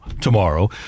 tomorrow